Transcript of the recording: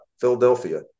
Philadelphia